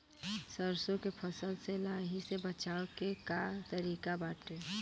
सरसो के फसल से लाही से बचाव के का तरीका बाटे?